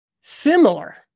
similar